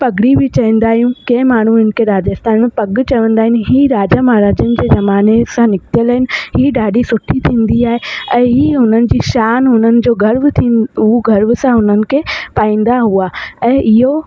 पगड़ी भी चयंदा आहियूं की माण्हू इन खे राजस्थान में पग चवंदा आहिनि ईए राजा महाराजाऊन जे ज़माने सां निकितल आहिनि ही ॾाढी सुठी थींदी आहे ऐं ही उन्हनि जी शानु उन्हनि जो गर्व थी हू गर्व सां उन्हनि खे पाईंदा हुआ ऐं इहो